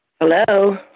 Hello